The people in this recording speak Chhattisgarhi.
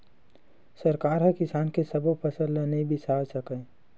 सरकार ह किसान के सब्बो फसल ल नइ बिसावय सकय